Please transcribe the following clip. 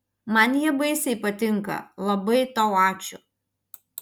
man jie baisiai patinka labai tau ačiū